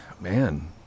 man